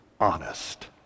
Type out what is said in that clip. honest